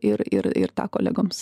ir ir ir tą kolegoms